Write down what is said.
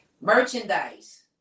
Merchandise